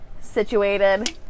situated